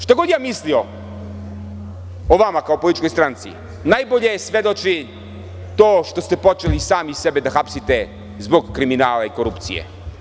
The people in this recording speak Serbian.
Šta god mislio o vama kao o političkoj stranci najbolje svedoči to što ste počeli sami sebe da hapsite zbog kriminala i korupcije.